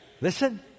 listen